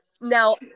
Now